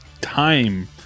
time